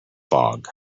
fog